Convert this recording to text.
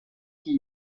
qui